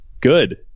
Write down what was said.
Good